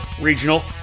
regional